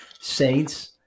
Saints